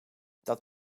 dat